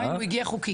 גם אם הוא הגיע חוקית.